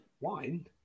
Wine